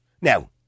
Now